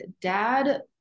dad